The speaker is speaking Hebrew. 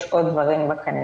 כי יש עוד דברים בקנה,